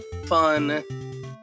fun